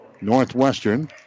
Northwestern